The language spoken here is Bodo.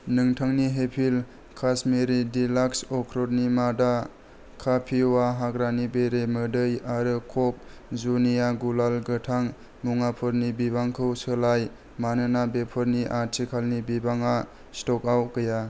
नोंथांनि हेपिल' काश्मिरि डिलाक्स अख्रुतनि मादा कापिवा हाग्रानि बेरेमोदै आरो कक जुनिया गुलाल गोथां मुवाफोरनि बिबांखौ सोलाय मानोना बेफोरनि आथिखालनि बिबाङा स्ट'कआव गैया